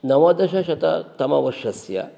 नवदशशततमवर्षस्य